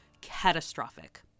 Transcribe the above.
catastrophic